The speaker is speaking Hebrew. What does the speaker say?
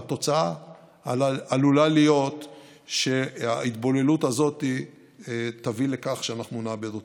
והתוצאה עלולה להיות שההתבוללות הזאת תביא לכך שאנחנו נאבד אותם.